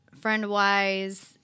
friend-wise